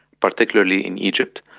particularly in egypt,